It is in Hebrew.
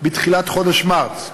בתחילת חודש מרס,